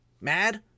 mad